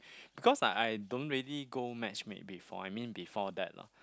because I I don't really go match mate before I mean before that lah